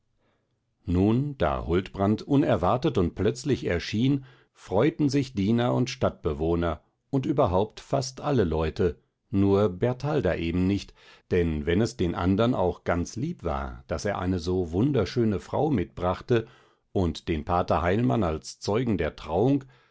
nun da huldbrand unerwartet und plötzlich erschien freuten sich diener und stadtbewohner und überhaupt fast alle leute nur bertalda eben nicht denn wenn es den andern auch ganz lieb war daß er eine so wunderschöne frau mitbrachte und den pater heilmann als zeugen der trauung